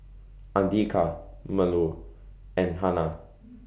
Andika Melur and Hana